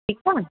ठीकु आहे